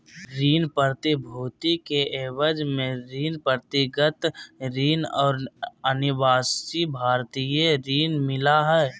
ऋण प्रतिभूति के एवज में ऋण, व्यक्तिगत ऋण और अनिवासी भारतीय ऋण मिला हइ